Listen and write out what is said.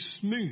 smooth